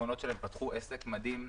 שבחסכונות שלהם פתחו עסק מדהים.